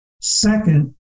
Second